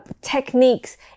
techniques